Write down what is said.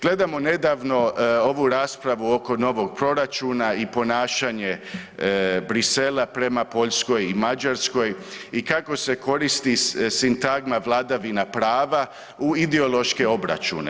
Gledamo nedavno ovu raspravu oko novog proračuna i ponašanje Bruxellesa prema Poljskoj i Mađarskoj i kako se koristi sintagma vladavina prava u ideološke obračune.